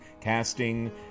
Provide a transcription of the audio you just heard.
casting